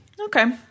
Okay